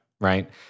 Right